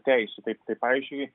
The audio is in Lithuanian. teisių taip tai pavyzdžiui